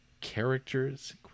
characters